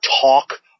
talk